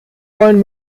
wollen